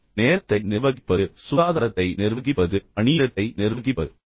நேரத்தை நிர்வகிப்பது சுகாதாரத்தை நிர்வகிப்பது பணியிடத்தை நிர்வகிப்பது போன்றவை